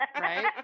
right